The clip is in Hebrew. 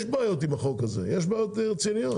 יש בעיות עם החוק הזה, יש בעיות רציניות.